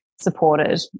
supported